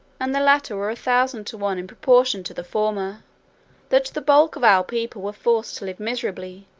and the latter were a thousand to one in proportion to the former that the bulk of our people were forced to live miserably,